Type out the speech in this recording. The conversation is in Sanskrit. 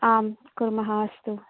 आम् कुर्मः अस्तु